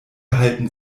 halten